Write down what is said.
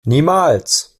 niemals